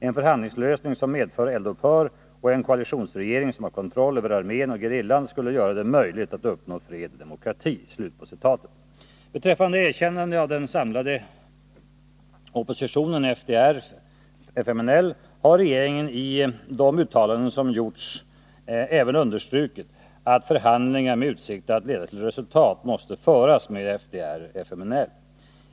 En förhandlingslösning som medför eld-upphör och en koalitionsregering som har kontroll över armén och gerillan skulle göra det möjligt att uppnå fred och demokrati.” Beträffande erkännande av den samlade oppositionen, FDR FMNL.